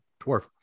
dwarf